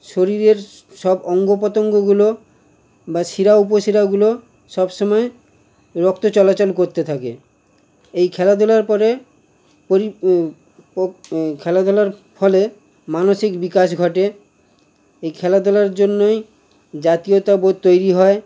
শরীরের সব অঙ্গ প্রত্যঙ্গগুলো বা শিরা উপশিরাগুলো সবসময় রক্ত চলাচল করতে থাকে এই খেলাধুলার পরে পরি পো খেলাধুলার ফলে মানসিক বিকাশ ঘটে এই খেলাধুলার জন্যই জাতীয়তাবোধ তৈরি হয়